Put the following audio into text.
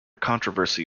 controversy